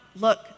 look